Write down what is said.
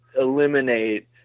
eliminate –